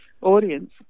audience